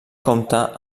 compta